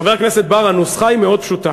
חבר הכנסת בר, הנוסחה היא מאוד פשוטה,